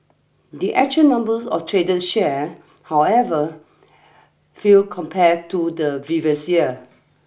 the actual numbers of traded share however feel compared to the previous year